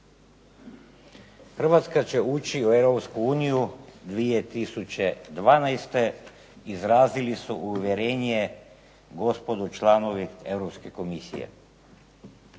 Hrvatska će ući u Europsku uniju 2012. izrazili su uvjerenje gospodo članovi Europske Komisije,